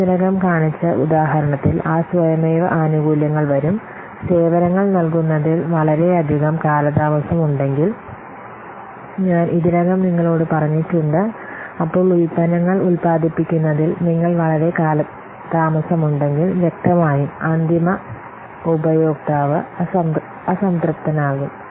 ഞാൻ ഇതിനകം കാണിച്ച ഉദാഹരണത്തിൽ ആ സ്വയമേവ ആനുകൂല്യങ്ങൾ വരും സേവനങ്ങൾ നൽകുന്നതിൽ വളരെയധികം കാലതാമസമുണ്ടെങ്കിൽ ഞാൻ ഇതിനകം നിങ്ങളോട് പറഞ്ഞിട്ടുണ്ട് അപ്പോൾ ഉൽപ്പന്നങ്ങൾ ഉൽപാദിപ്പിക്കുന്നതിൽ നിങ്ങൾ വളരെ കാലതാമസമുണ്ടെങ്കിൽ വ്യക്തമായും അന്തിമ ഉപയോക്താവ് അസംതൃപ്തനാകും